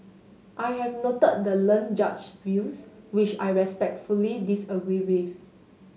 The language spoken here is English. I have noted the learned judge's views which I respectfully disagree with